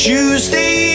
Tuesday